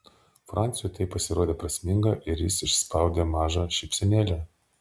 franciui tai pasirodė prasminga ir jis išspaudė mažą šypsenėlę